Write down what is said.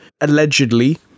allegedly